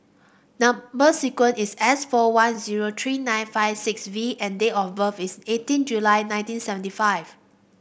number sequence is S four one zero three nine five six V and date of birth is eighteen July nineteen seventy five